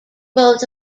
both